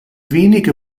wenige